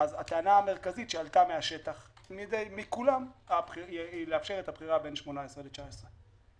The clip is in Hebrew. הטענה המרכזית שעלתה מהשטח ומכולם היא לאפשר את הבחירה בין 18' ל-19'.